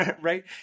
right